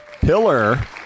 Pillar